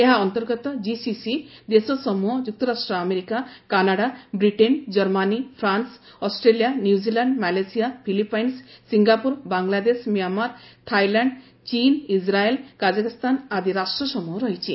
ଏହା ଅନ୍ତର୍ଗତ ଜିସିସି ଦେଶ ସମୂହ ଯୁକ୍ତରାଷ୍ଟ୍ର America Canada Britain Germany France Australia New Zealand Malaysia Philippines Singapore Bangladesh Myanmar Thailand ଚୀନ୍ ଇକ୍ରାଏଲ୍ କାକାଖ୍ସ୍ତାନ ଆଦି ରାଷ୍ଟ୍ରସମ୍ବହ ରହିଛି